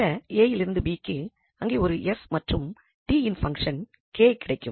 சில a யிலிருந்து b க்கு அங்கே ஒரு s மற்றும் t யின் ஃபங்ஷன் k கிடைக்கும்